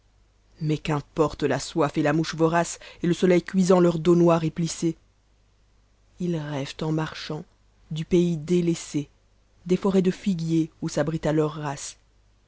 mats qu'importent la soif et la mouche voracc et le soleil cuisant leur dos noir et plissé ils rêvent en marchant du pays délaissé des forêts de figuiers où s'abrita leur race